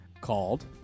Called